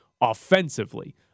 offensively